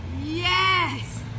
Yes